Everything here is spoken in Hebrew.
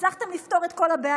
הצלחתם לפתור את כל הבעיות?